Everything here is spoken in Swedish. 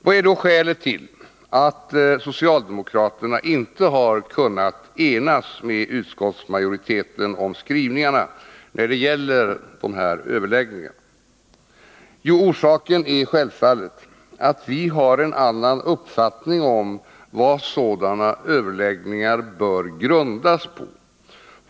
Vad är då skälet till att socialdemokraterna inte har kunnat enas med utskottsmajoriteten om skrivningarna när det gäller sådana överläggningar? Jo, orsaken är självfallet att vi har en annan uppfattning om vad sådana överläggningar bör grundas på.